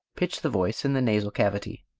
pitch the voice in the nasal cavity.